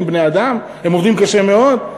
הם בני-אדם, הם עובדים קשה מאוד.